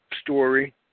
story